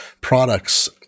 products